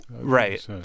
Right